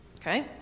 Okay